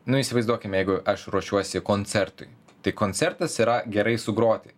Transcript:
nu įsivaizduokime jeigu aš ruošiuosi koncertui tai koncertas yra gerai sugroti